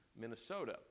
Minnesota